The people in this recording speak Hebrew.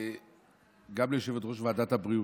גם ליושבת-ראש ועדת הבריאות,